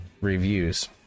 reviews